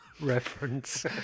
reference